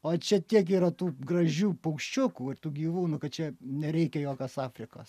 o čia tiek yra tų gražių paukščiukų ir tų gyvūnų kad čia nereikia jokios afrikos